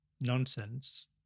nonsense